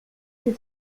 plus